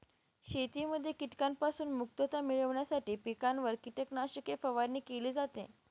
शेतीमध्ये कीटकांपासून मुक्तता मिळविण्यासाठी पिकांवर कीटकनाशके फवारणी केली जाते